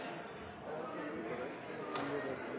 sier, at det